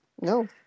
No